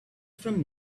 from